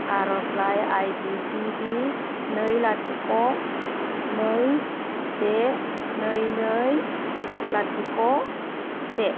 आर'जलाइ I D P B नै लाथिख' नै से नै नै लाथिख' से